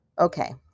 Okay